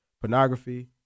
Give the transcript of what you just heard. pornography